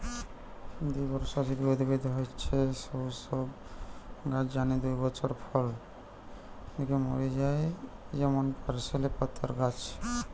দ্বিবর্ষজীবী উদ্ভিদ হয়ঠে সৌ সব গাছ যানে দুই বছর ফল দিকি মরি যায় যেমন পার্সলে পাতার গাছ